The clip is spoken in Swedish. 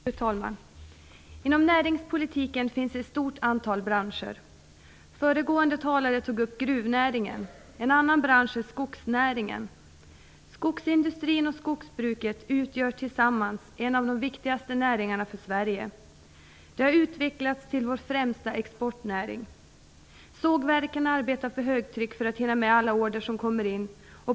Fru talman! Inom näringspolitiken finns det ett stort antal branscher. Föregående talare tog upp gruvnäringen. En annan bransch är skogsnäringen. Skogsindustrin och skogsbruket utgör tillsammans en av de viktigaste näringarna för Sverige. De har utvecklats till vår främsta exportnäring. Sågverken arbetar för högtryck för att hinna med alla order som kommer in.